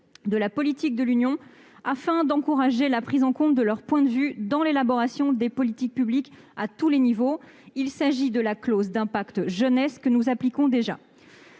de la politique de l'Union, afin d'encourager la prise en compte du point de vue des jeunes dans l'élaboration des politiques publiques à tous les niveaux. Il s'agit de la clause d'impact jeunesse, que nous appliquons déjà.